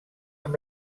amb